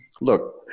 look